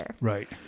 Right